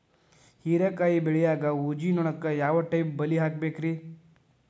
ಹೇರಿಕಾಯಿ ಬೆಳಿಯಾಗ ಊಜಿ ನೋಣಕ್ಕ ಯಾವ ಟೈಪ್ ಬಲಿ ಹಾಕಬೇಕ್ರಿ?